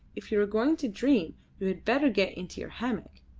if you are going to dream you had better get into your hammock.